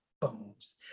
bones